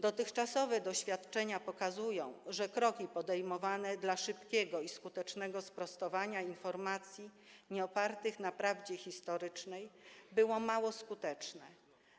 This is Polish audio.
Dotychczasowe doświadczenia pokazują, że kroki podejmowane dla szybkiego i skutecznego sprostowania informacji nieopartych na prawdzie historycznej były mało skuteczne,